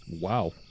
Wow